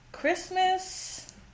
Christmas